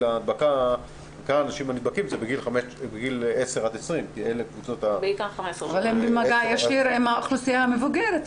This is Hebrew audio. ההדבקה הוא 10 עד 20. אבל הם במגע ישיר עם האוכלוסייה המבוגרת,